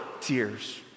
tears